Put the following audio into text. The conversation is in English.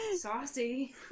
saucy